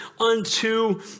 unto